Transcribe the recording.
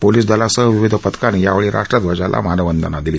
police दलासह विविध पथकांनी यावेळी राष्ट्रध्वजाला मानवंदना दिली